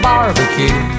Barbecue